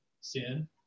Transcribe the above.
Sin